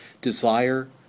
Desire